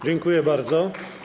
Dziękuję bardzo.